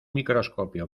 microscopio